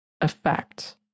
effect